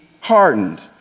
hardened